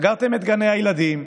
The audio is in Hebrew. סגרתם את גני הילדים,